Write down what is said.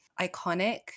iconic